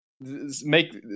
make